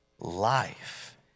life